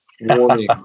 warning